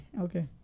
okay